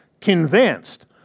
convinced